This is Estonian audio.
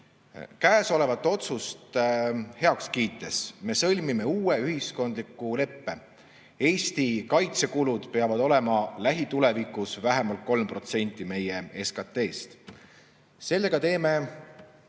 Käesolevat otsust heaks kiites me sõlmime uue ühiskondliku leppe. Eesti kaitsekulud peavad olema lähitulevikus vähemalt 3% meie SKT‑st. Sellega teeme